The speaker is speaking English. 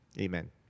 Amen